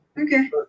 Okay